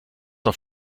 auf